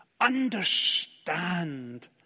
understand